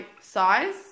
size